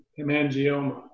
hemangioma